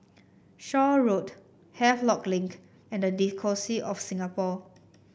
Shaw Road Havelock Link and the Diocese of Singapore